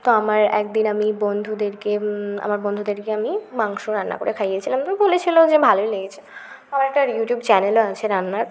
তো আমার একদিন আমি বন্ধুদেরকে আমার বন্ধুদেরকে আমি মাংস রান্না করে খাইয়েছিলাম তো বলেছিল যে ভালোই লেগেছে আমার একটা ইউটিউব চ্যানেলও আছে রান্নার